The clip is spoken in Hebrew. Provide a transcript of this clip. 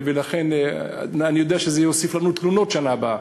אני יודע שזה יוסיף לנו תלונות בשנה הבאה,